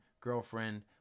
girlfriend